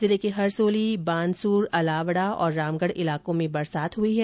जिले के हरसोली बानसूर अलावड़ा और रामगढ़ इलाकों में बरसात हुई है